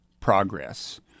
progress